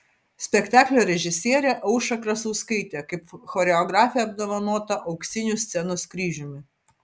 spektaklio režisierė aušra krasauskaitė kaip choreografė apdovanota auksiniu scenos kryžiumi